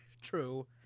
True